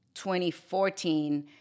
2014